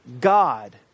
God